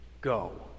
Go